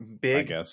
Big